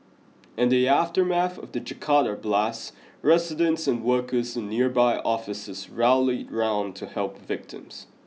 in the aftermath of the Jakarta blasts residents and workers in nearby offices rallied round to help victims